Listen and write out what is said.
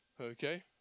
Okay